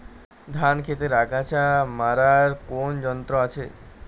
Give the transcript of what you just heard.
ধান ক্ষেতের আগাছা মারার কোন যন্ত্র আছে?